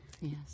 Yes